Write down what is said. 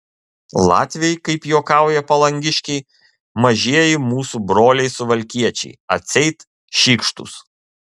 latviai kaip juokauja palangiškiai mažieji mūsų broliai suvalkiečiai atseit šykštūs